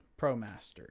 promaster